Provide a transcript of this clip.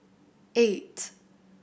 eight